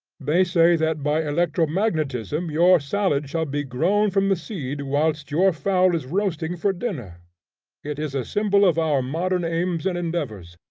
they say that by electro-magnetism your salad shall be grown from the seed whilst your fowl is roasting for dinner it is a symbol of our modern aims and endeavors,